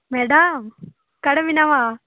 madam ᱚᱠᱟᱨᱮ ᱢᱮᱱᱟᱢᱟ